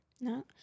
No